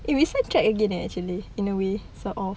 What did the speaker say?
it will be side tracked again actually in a way sort of